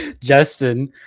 Justin